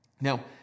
Now